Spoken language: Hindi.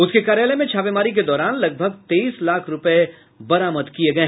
उसके कार्यालय में छापेमारी के दौरान लगभग तेईस लाख रूपये भी बरामद किये गये